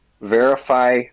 Verify